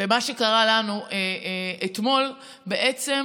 במה שקרה לנו אתמול בעצם